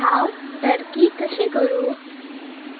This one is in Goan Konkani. हांव टर्की कशें करूं